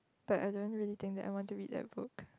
but I don't really think that I want to read that book